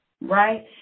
right